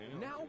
Now